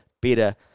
better